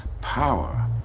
Power